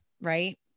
Right